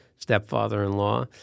stepfather-in-law